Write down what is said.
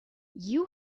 you